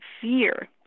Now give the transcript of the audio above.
fear